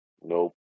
Nope